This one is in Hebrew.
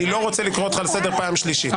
אני לא רוצה לקרוא אותך לסדר פעם שלישית,